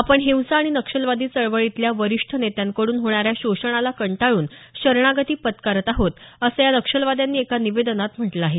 आपण हिंसा आणि नक्षलवादी चळवळीतल्या वरिष्ठ नेत्यांकडून होणाऱ्या शोषणाला कंटाळून शरणागती पत्करत आहोत असं या नक्षलवाद्यांनी एका निवेदनात म्हटलं आहे